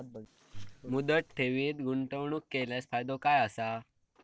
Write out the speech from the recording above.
मुदत ठेवीत गुंतवणूक केल्यास फायदो काय आसा?